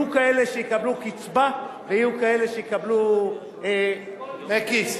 יהיו כאלה שיקבלו קצבה ויהיו כאלה שיקבלו דמי כיס,